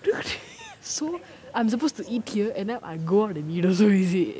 so I'm supposed to eat here and then I go out and eat also is it